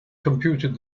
computed